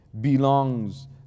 belongs